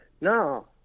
No